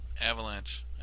Avalanche